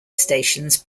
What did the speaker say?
stations